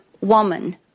woman